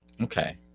Okay